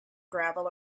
gravel